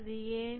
அது ஏன்